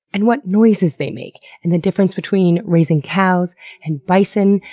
and what noises they make, and the difference between raising cows and bison,